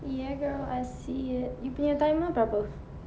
ya girl I see it you punya timer berapa